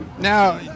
Now